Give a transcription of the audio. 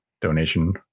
donation